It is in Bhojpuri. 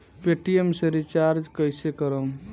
पेटियेम से रिचार्ज कईसे करम?